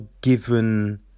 given